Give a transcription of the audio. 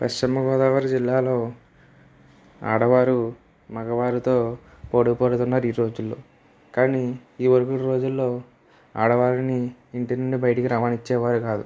పశ్చిమగోదావరి జిల్లాలో ఆడవారు మగవారితో పోటీ పడుతున్నారు ఈ రోజుల్లో కానీ ఈ వరకటి రోజుల్లో ఆడవారిని ఇంటి నుండి బయటికి రానిచ్చేవారు కాదు